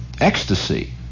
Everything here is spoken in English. ecstasy